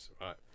right